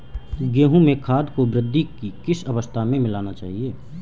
गेहूँ में खाद को वृद्धि की किस अवस्था में मिलाना चाहिए?